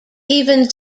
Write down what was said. even